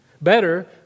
Better